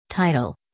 Title